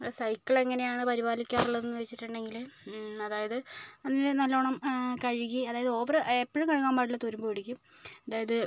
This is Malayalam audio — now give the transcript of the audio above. സൈക്കിൾ എങ്ങനെയാണ് പരിപാലിക്കാറുള്ളതെന്ന് ചോദിച്ചിട്ടുണ്ടെങ്കില് അതായത് അത് നല്ലോണം കഴുകി അതായത് ഓവറ് എപ്പോഴും കഴുകാൻ പാടില്ല തുരുമ്പ് പിടിക്കും അതായത്